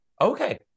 Okay